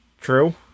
true